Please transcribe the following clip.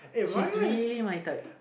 she's really my type